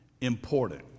important